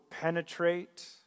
penetrate